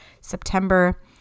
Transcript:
September